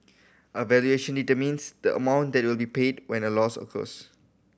a valuation determines the amount that will be paid when a loss occurs